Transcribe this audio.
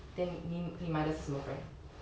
then 你你买的是什么 brand